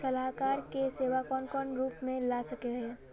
सलाहकार के सेवा कौन कौन रूप में ला सके हिये?